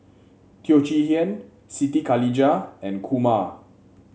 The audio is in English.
Teo Chee Hean Siti Khalijah and Kumar